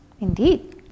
Indeed